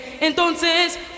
entonces